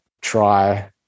try